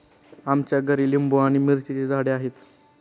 आमच्या घरी लिंबू आणि मिरचीची झाडे आहेत